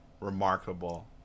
remarkable